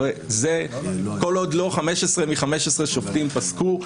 כל עוד לא 15 מ-15 שופטים פסקו.